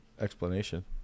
explanation